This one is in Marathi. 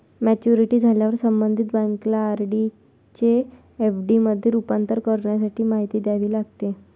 मॅच्युरिटी झाल्यावर संबंधित बँकेला आर.डी चे एफ.डी मध्ये रूपांतर करण्यासाठी माहिती द्यावी लागते